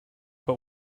but